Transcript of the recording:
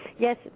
Yes